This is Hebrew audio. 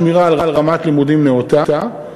שמירה על רמת לימודים נאותה,